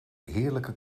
heerlijke